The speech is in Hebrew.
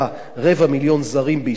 רבע מיליון זרים בישראל,